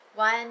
one